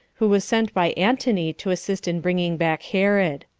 who was sent by antony to assist in bringing back herod.